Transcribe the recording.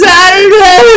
Saturday